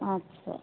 अच्छा